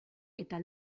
eta